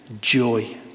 joy